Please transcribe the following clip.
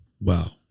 wow